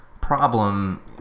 problem